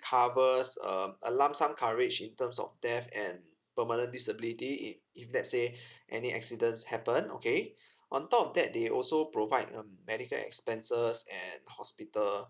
covers um a lump sum coverage in terms of death and permanent disability if if let's say any accidents happen okay on top of that they also provide um medical expenses at hospital